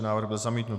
Návrh byl zamítnut.